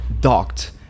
docked